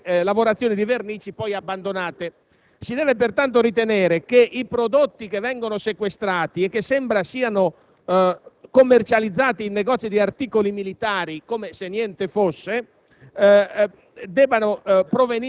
ed anche in alcune lavorazioni di vernici poi abbandonate. Si deve pertanto ritenere che i prodotti che vengono sequestrati e che sembra siano commercializzati in negozi di articoli militari come se niente fosse